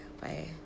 bye